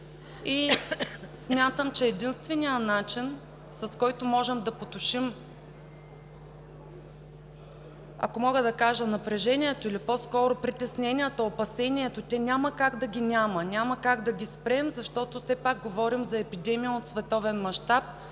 Смятам, че единственият начин, по който можем да потушим, ако мога да кажа, напрежението, или по-скоро притеснението и опасението, тях няма как да ги няма, няма как да ги спрем, защото все пак говорим за епидемия от световен мащаб,